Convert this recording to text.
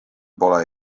pole